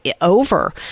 over